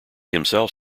himself